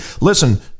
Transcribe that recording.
Listen